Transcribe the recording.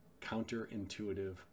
counterintuitive